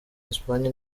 espagne